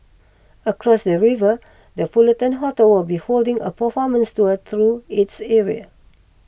across the river the Fullerton Hotel will be holding a performance tour through its area